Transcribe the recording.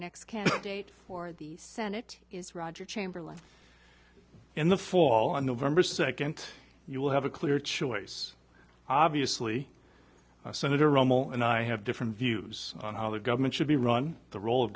next candidate for the senate is roger chamberlain in the fall on november second you will have a clear choice obviously senator romel and i have different views on how the government should be run the role of